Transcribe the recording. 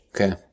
Okay